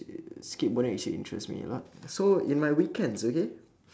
uh skateboarding actually interests me a lot so in my weekends okay